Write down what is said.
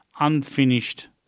unfinished